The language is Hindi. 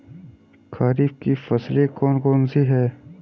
खरीफ की फसलें कौन कौन सी हैं?